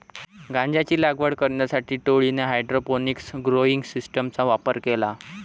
गांजाची लागवड करण्यासाठी टोळीने हायड्रोपोनिक्स ग्रोइंग सिस्टीमचा वापर केला